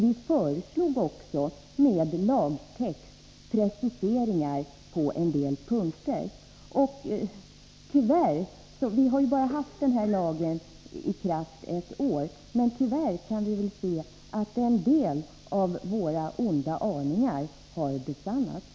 Vi föreslog också, med lagtext, preciseringar på en del punkter. Lagen har bara varit i kraft ett år, men tyvärr kan vi se att en del av våra onda aningar har besannats.